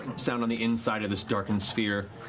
sound on the inside of this darkened sphere.